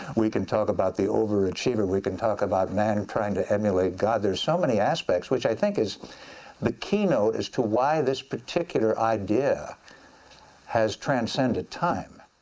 we can talk about the over-achiever, we can talk about man trying to emulate god, there are so many aspects, which i think is the keynote as to why this particular idea has transcended time.